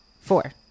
Four